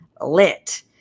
lit